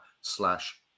slash